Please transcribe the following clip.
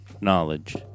knowledge